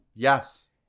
Yes